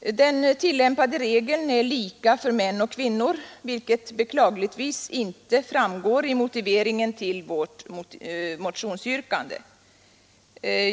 Den tillämpade regeln är lika för män och kvinnor, vilket beklagligtvis inte framkommer i motiveringen till vårt motionsyrkande.